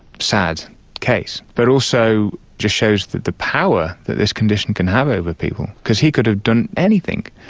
sad case, but also just shows the the power that this condition can have over people, because he could have done anything,